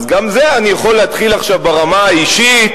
אז גם אני יכול להתחיל עכשיו ברמה האישית